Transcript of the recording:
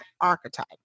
archetype